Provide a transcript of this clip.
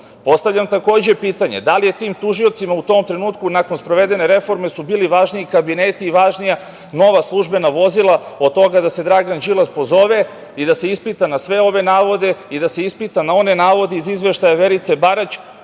pitanja? Postavljam takođe pitanje - da li tim tužiocima u tom trenutku nakon sprovedene reforme su bili važniji kabineti i važnija nova službena vozila od toga da se Dragan Đilas pozove i da se ispita na sve ove navode i da se ispita na one navode iz izveštaja Verice Barać